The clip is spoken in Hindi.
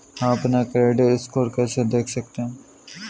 हम अपना क्रेडिट स्कोर कैसे देख सकते हैं?